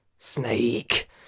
Snake